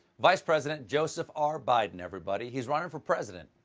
vice president joseph r. biden, everybody. he's running for president.